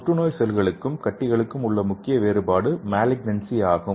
புற்றுநோய் செல்களுக்கும் கட்டிகளுக்கும் உள்ள முக்கிய வேறுபாடு மாலிக்நன்ஸி ஆகும்